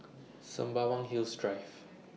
Sembawang Hills Drive